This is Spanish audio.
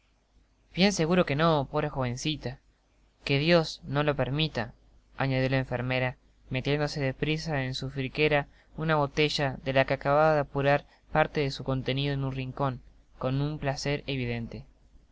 bien seguro que no pobre jovencita que dios no lo permita añadió la enfermera metiendo de prisa en su faltriquera una botella de la que acababa de apurar parte de su contenido en un rincon con un placer evidente